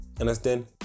understand